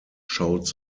showed